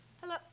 Hello